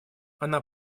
она